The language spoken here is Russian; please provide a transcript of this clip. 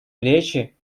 плечи